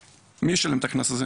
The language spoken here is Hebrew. מי ישלם את הקנס הזה?